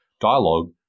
dialogue